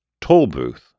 Tollbooth